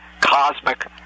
cosmic